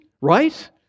right